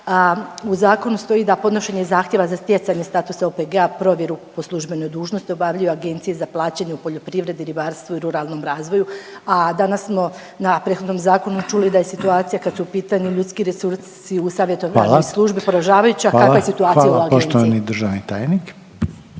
U zakonu stoji da podnošenje Zahtjeva za stjecanje statusa OPG-a, provjeru po službenoj dužnosti obavljaju agencije za plaćanje u poljoprivredi, ribarstvu i ruralnom razvoju, a danas smo na prethodnom zakonu čuli da je situacija kad su u pitanju ljudski resursi u savjetodavnoj službi poražavajući … …/Upadica Reiner: Hvala./… … a kakva je situacija